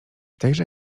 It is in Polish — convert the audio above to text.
tejże